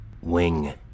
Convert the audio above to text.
Wing